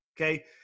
okay